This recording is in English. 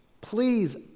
please